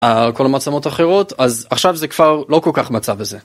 על כל המצלמות האחרות אז עכשיו זה כבר לא כל כך מצב הזה.